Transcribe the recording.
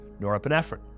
norepinephrine